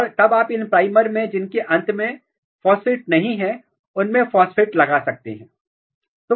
और तब आप उन प्राइमर में जिनके अंत में फास्फेट नहीं है उन में फास्फेट लगा सकते हैं